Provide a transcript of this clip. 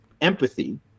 empathy